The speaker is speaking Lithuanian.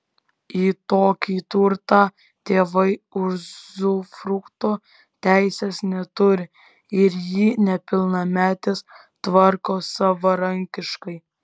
į tokį turtą tėvai uzufrukto teisės neturi ir jį nepilnametis tvarko savarankiškai